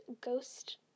ghost